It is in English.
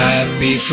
Happy